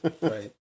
Right